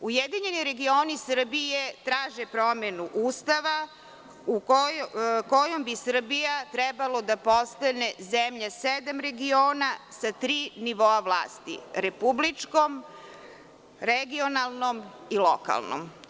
Ujedinjeni regioni Srbije traže promenu Ustava kojom bi Srbija trebalo da postane zemlja sedam regiona sa tri nivoa vlasti, republičkom, pokrajinskom i lokalnom.